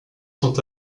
sont